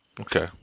Okay